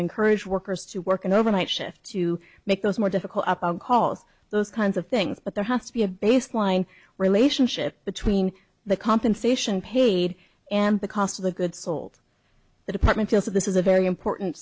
encourage workers to work an overnight shift to make those more difficult calls those kinds of things but there has to be a baseline relationship between the compensation paid and the cost of the goods sold the department feels that this is a very important